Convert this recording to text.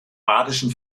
badischen